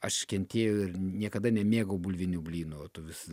aš kentėjau ir niekada nemėgau bulvinių blynų o tu vis